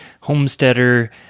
homesteader